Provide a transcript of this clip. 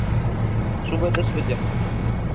सुबह दस बजे